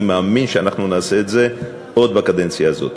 אני מאמין שאנחנו נעשה את זה עוד בקדנציה הזאת.